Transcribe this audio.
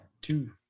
two